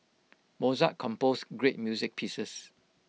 Mozart composed great music pieces